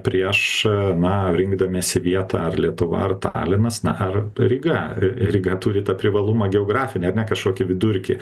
prieš na rinkdamiesi vietą ar lietuva ar talinas na ar ryga r ryga turi tą privalumą geografinį ar ne kažkokį vidurkį